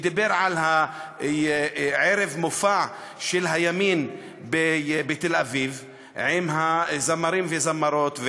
שדיבר על ערב המופע של הימין בתל-אביב עם הזמרים והזמרות,